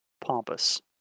pompous